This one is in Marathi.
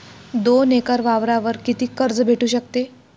दोन एकर वावरावर कितीक कर्ज भेटू शकते?